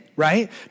right